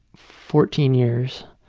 fourteen years.